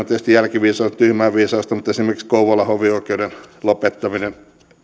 tietysti jälkiviisaus tyhmää viisautta mutta esimerkiksi kouvolan hovioikeuden lopettaminen